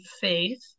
faith